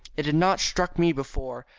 it had not struck me before,